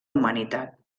humanitat